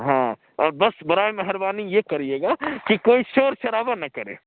ہاں اور بس برائے مہربانی یہ کریے گا کہ کوئی شور شرابہ نہ کرے